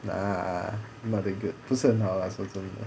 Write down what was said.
ah not very good 不是很好 lah 说真的